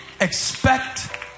Expect